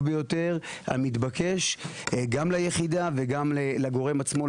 ביותר המתבקש גם ליחידה וגם לגורם עצמו,